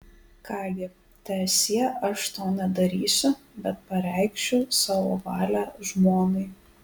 ką gi teesie aš to nedarysiu bet pareikšiu savo valią žmonai